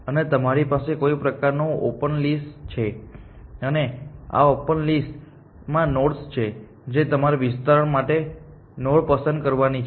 અને તમારી પાસે કોઈ પ્રકારનું ઓપન લિસ્ટ છે અને આ ઓપન લિસ્ટમાં નોડ્સ છે જે તમારે વિસ્તરણ માટે નોડ પસંદ કરવાની છે